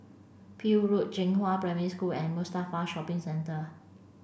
Peel Road Zhenghua Primary School and Mustafa Shopping Centre